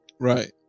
right